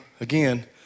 Again